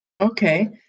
Okay